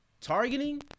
targeting